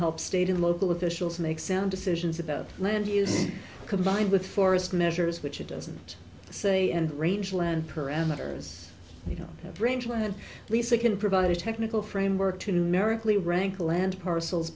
help state and local officials make sound decisions about land use combined with forest measures which it doesn't say and range land parameters you know range when lisa can provide a technical framework to maritally rank land parcels